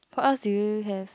what else do you have